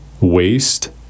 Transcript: waste